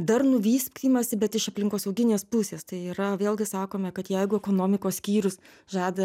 darnų vystymąsi bet iš aplinkosauginės pusės tai yra vėlgi sakome kad jeigu ekonomikos skyrius žada